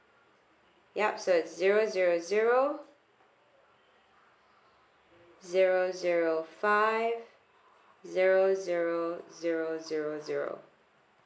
yup so zero zero zero zero zero five zero zero zero zero zero